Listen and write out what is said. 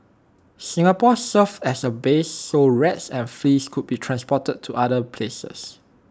Singapore served as A base so rats and fleas could be transported to other places